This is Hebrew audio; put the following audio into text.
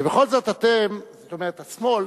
ובכל זאת, אתם, זאת אומרת השמאל